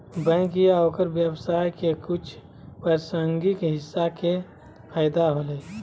bank या ओकर व्यवसाय के कुछ प्रासंगिक हिस्सा के फैदा होलय